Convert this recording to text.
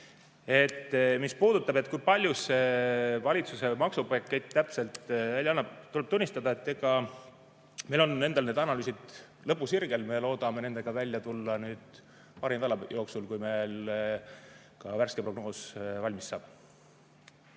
Mis puudutab seda, kui palju see valitsuse maksupakett täpselt annab, tuleb tunnistada, et meil on endal need analüüsid lõpusirgel. Me loodame nendega välja tulla paari nädala jooksul, kui meil ka värske prognoos valmis saab.